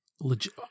legit